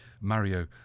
Mario